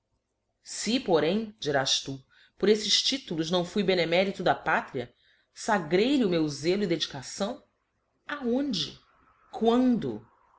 se porém dirás tu por eífes titulos não fui benemérito da pátria fagrei lhe o meu zelo e dedicação aonde quando